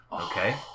Okay